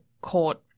court